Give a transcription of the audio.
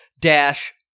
Dash